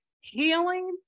Healing